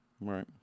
Right